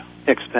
expect